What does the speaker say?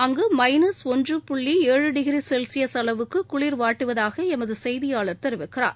அங்கு மைனஸ் ஒன்று புள்ளி ஏழு டிகிரி செல்ஸியஸ் அளவுக்கு குளிர் வாட்டுவதாக எமது செய்தியாளர் தெரிவிக்கிறார்